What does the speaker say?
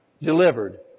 delivered